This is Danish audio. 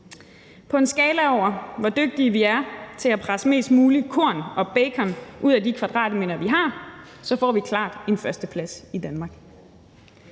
På en skala over, hvor dygtige vi er til at presse mest muligt korn og bacon ud af de kvadratmeter, vi har, får vi klart en førsteplads i Danmark.